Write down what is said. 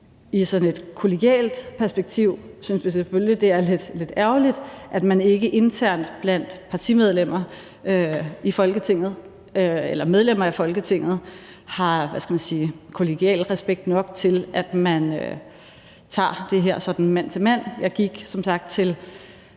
et kollegialt perspektiv synes vi selvfølgelig, det er lidt ærgerligt, at man ikke internt blandt medlemmer af Folketinget har kollegial respekt nok til, at man tager det her sådan mand til mand. Jeg gik som sagt til